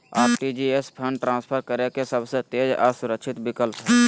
RTGS fund transfer करे के सबसे तेज आर सुरक्षित विकल्प हय